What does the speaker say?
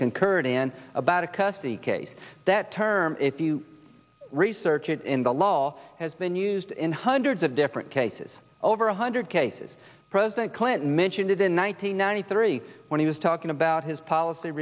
concurred in about a custody case that term if you research it in the law has been used in hundreds of different cases over one hundred cases president clinton mentioned it in one nine hundred ninety three when he was talking about his policy